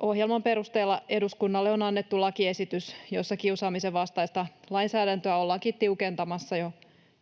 Ohjelman perusteella eduskunnalle on annettu lakiesitys, jossa kiusaamisen vastaista lainsäädäntöä ollaankin tiukentamassa jo